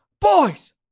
boys